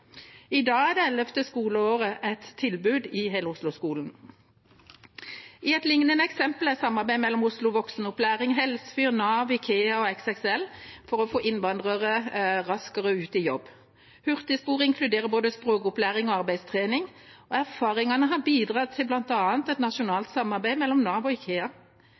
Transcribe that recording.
I dag er det ellevte skoleåret et tilbud i hele Oslo-skolen. Et lignende eksempel er samarbeid med Oslo voksenopplæring Helsfyr, Nav, Ikea og XXL for å få innvandrere raskere ut i jobb. Hurtigspor inkluderer både språkopplæring og arbeidstrening, og erfaringene har bidratt til bl.a. et nasjonalt samarbeid mellom Nav og Ikea.